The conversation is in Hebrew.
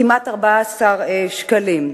על כמעט 14 שקלים.